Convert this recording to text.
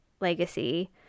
Legacy